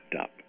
up